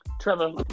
Trevor